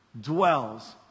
dwells